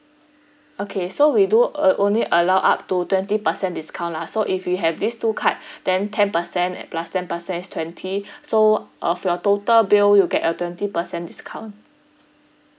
okay so we do uh only allow up to twenty percent discount lah so if you have these two card then ten percent and plus ten percent is twenty so of your total bill you'll get a twenty percent discount